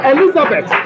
Elizabeth